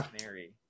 Mary